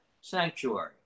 sanctuary